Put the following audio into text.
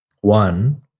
One